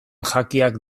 jakiak